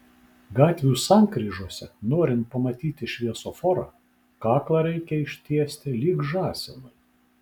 gatvių sankryžose norint pamatyti šviesoforą kaklą reikia ištiesti lyg žąsinui